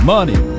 Money